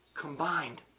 combined